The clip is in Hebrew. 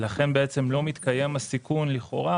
ולכן לא מתקיים הסיכון לכאורה,